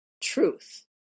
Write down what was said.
truth